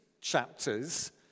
chapters